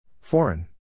Foreign